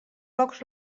pocs